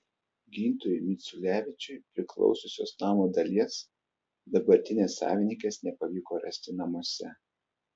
gintui miciulevičiui priklausiusios namo dalies dabartinės savininkės nepavyko rasti namuose